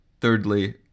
Thirdly